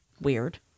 weird